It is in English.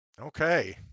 Okay